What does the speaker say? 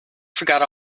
forgot